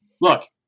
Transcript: look